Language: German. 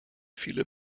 viele